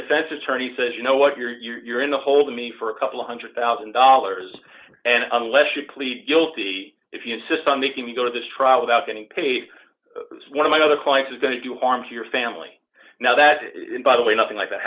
defense attorney says you know what you're in the hold me for a couple one hundred thousand dollars and unless you plead guilty if you insist on making me go to this trial without getting paid one of my other clients is going to do harm to your family now that by the way nothing like that